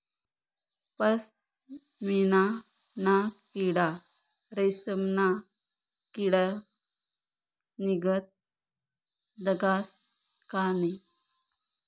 पशमीना ना किडा रेशमना किडानीगत दखास का नै